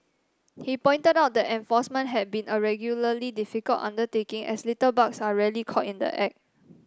he pointed out that enforcement had been a regularly difficult undertaking as litterbugs are rarely caught in the act